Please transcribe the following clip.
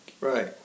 Right